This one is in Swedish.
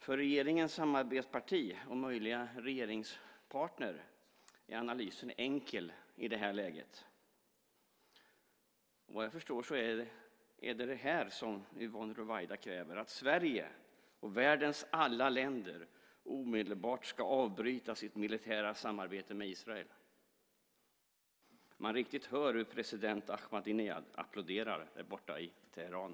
För regeringens samarbetsparti och möjliga regeringspartner är analysen enkel i det här läget. Vad jag förstår är det det här som Yvonne Ruwaida kräver: att Sverige och världens alla länder omedelbart ska avbryta sitt militära samarbete med Israel. Man riktigt hör hur president Ahmadinejad applåderar där borta i Teheran.